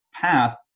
path